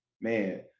Man